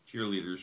cheerleaders